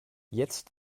jetzt